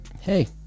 hey